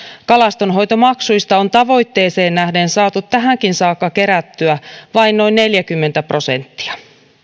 kalastonhoitomaksuista on tavoitteeseen nähden saatu tähänkin saakka kerättyä vain noin neljäkymmentä prosenttia